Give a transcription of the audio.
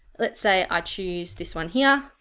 let's say i choose this one here,